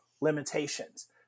limitations